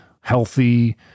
healthy